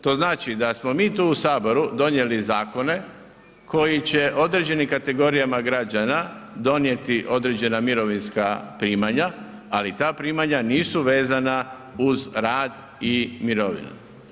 To znači da smo mi tu u saboru donijeli zakone koji će određenim kategorijama građana donijeti određena mirovinska primanja, ali ta primanja nisu vezana uz rad i mirovinu.